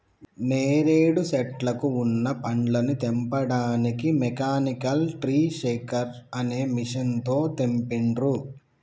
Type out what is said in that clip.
నేరేడు శెట్లకు వున్న పండ్లని తెంపడానికి మెకానికల్ ట్రీ షేకర్ అనే మెషిన్ తో తెంపిండ్రు